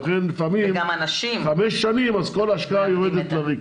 ולכן לפעמים חמש שנים, אז כל השקעה יורדת לריק.